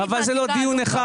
אבל זה לא דיון אחד.